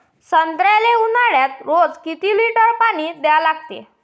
संत्र्याले ऊन्हाळ्यात रोज किती लीटर पानी द्या लागते?